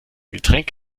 getränk